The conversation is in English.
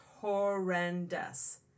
horrendous